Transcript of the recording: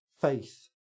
faith